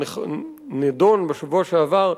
או נידון בשבוע שעבר,